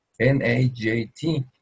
n-a-j-t